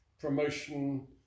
promotion